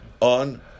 on